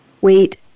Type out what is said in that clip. wait